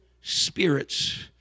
spirits